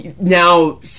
now